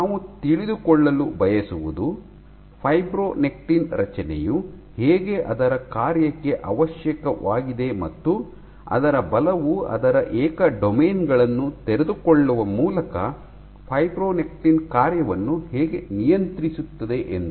ನಾವು ತಿಳಿದುಕೊಳ್ಳಲು ಬಯಸುವುದು ಫೈಬ್ರೊನೆಕ್ಟಿನ್ ರಚನೆಯು ಹೇಗೆ ಅದರ ಕಾರ್ಯಕ್ಕೆ ಅವಶ್ಯಕವಾಗಿದೆ ಮತ್ತು ಅದರ ಬಲವು ಅದರ ಏಕ ಡೊಮೇನ್ ಗಳನ್ನು ತೆರೆದುಕೊಳ್ಳುವ ಮೂಲಕ ಫೈಬ್ರೊನೆಕ್ಟಿನ್ ಕಾರ್ಯವನ್ನು ಹೇಗೆ ನಿಯಂತ್ರಿಸುತ್ತದೆ ಎಂದು